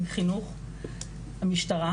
המשטרה.